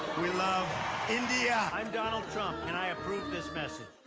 we love india. i'm donald trump, and i approve this message.